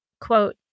Quote